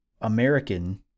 American